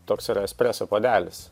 toks yra espreso puodelis